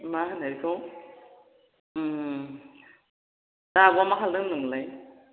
मा होनो बेखौ दा आब'आ मा खालामदों होनदोंमोनलाय